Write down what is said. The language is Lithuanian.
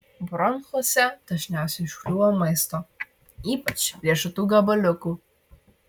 bronchuose dažniausiai užkliūva maisto ypač riešutų gabaliukų